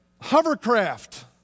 hovercraft